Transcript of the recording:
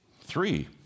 Three